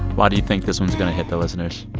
why do you think this one is going to hit the listeners?